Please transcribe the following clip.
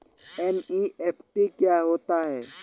NEFT क्या होता है?